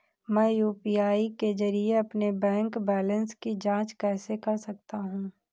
मैं यू.पी.आई के जरिए अपने बैंक बैलेंस की जाँच कैसे कर सकता हूँ?